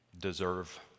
deserve